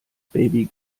baby